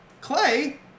Clay